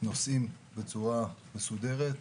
נוסעים בצורה מסודרת,